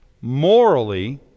morally